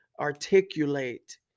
articulate